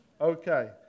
Okay